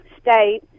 state